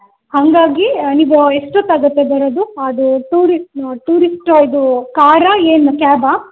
ಹಾಗಾಗಿ ನೀವು ಎಷ್ಟೊತ್ತಾಗತ್ತೆ ಬರೋದು ಅದು ಟೂರಿಸ್ಟ್ ಟೂರಿಸ್ಟ್ ಇದು ಕಾರಾ ಏನು ಕ್ಯಾಬಾ